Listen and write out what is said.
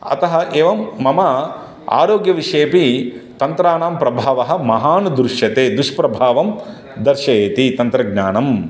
अतः एवं मम आरोग्यविषयेऽपि तन्त्राणां प्रभावः महान् दृश्यते दुष्प्रभावं दर्शयति तन्त्रज्ञानम्